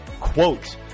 quote